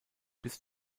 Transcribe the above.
bis